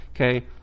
Okay